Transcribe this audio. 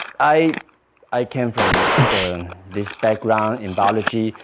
i i came from this background in biology,